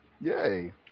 Yay